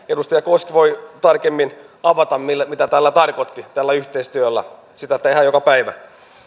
ehkä edustaja koski voi tarkemmin avata mitä tarkoitti tällä yhteistyöllä sitä tehdään joka päivä arvoisa